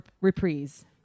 reprise